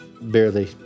barely